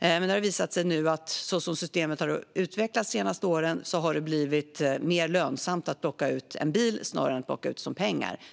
Men det har visat sig att det, så som systemet har utvecklat sig de senaste åren, har blivit mer lönsamt att plocka ut pengar som bil än som lön.